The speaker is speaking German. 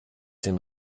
den